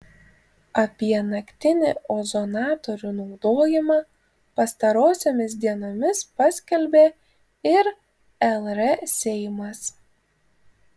apie naktinį ozonatorių naudojimą pastarosiomis dienomis paskelbė ir lr seimas